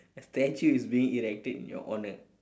a statue is being erected in your honour